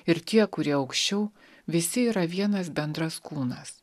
ir tie kurie aukščiau visi yra vienas bendras kūnas